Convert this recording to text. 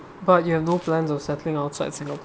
but you have no plan of settling outside singapore